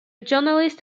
journalist